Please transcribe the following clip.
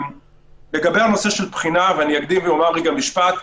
לגבי הנושא של בחינה, אקדים ואומר משפט.